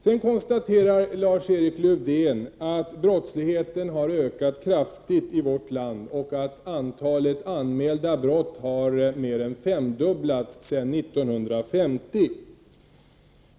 Sedan konstaterar Lars-Erik Lövdén att brottsligheten har ökat kraftigt i vårt land och att antalet anmälda brott har mer än femdubblats sedan 1950.